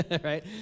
Right